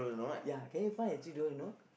ya can you find a three dollar note